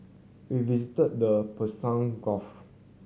we visited the Persian Gulf